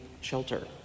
shelter